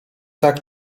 tak